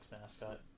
mascot